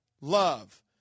Love